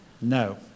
No